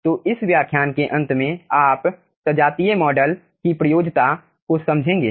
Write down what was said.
तो इस व्याख्यान के अंत में आप सजातीय मॉडल की प्रयोज्यता को समझेंगे